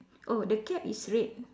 oh the cap is red